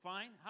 Fine